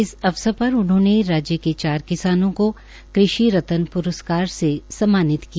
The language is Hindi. इस अवसर पर उन्होंने राज्य के चार किसानों को कृषि रत्न प्रसकार से सम्मानित किया